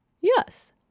Yes